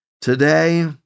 Today